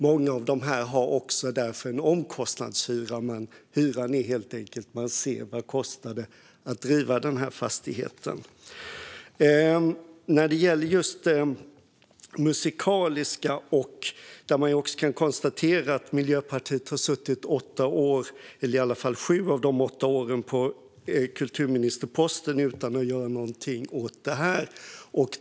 Många av dessa har också en omkostnadshyra, men hyran är helt enkelt det man ser att det kostar att driva verksamheten. När det gäller just Musikaliska kan man konstatera att Miljöpartiet har suttit i åtta år - eller i alla fall i sju av de åtta åren - på kulturministerposten utan att göra någonting åt detta.